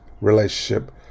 relationship